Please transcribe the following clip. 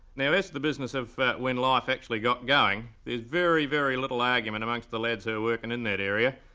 now, as to the business of when life actually got going, there's very, very little argument amongst the lads who are working in that area.